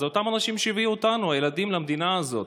אותם אנשים שהביאו אותנו, הילדים, למדינה הזאת.